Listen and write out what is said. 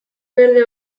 berde